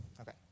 Okay